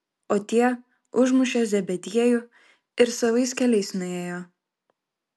o tie užmušė zebediejų ir savais keliais nuėjo